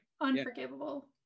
Unforgivable